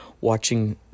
watching